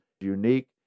unique